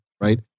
right